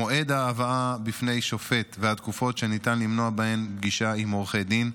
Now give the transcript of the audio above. מועד ההבאה בפני שופט והתקופות שניתן למנוע בהן פגישה עם עורכי דין,